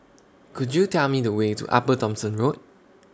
Could YOU Tell Me The Way to Upper Thomson Road